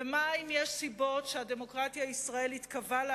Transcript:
ומה אם יש סיבות שהדמוקרטיה הישראלית קבעה